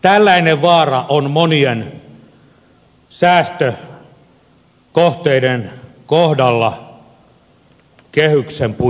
tällainen vaara on monien säästökohteiden kohdalla kehyksen puitteissa